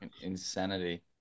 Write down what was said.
insanity